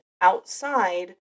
outside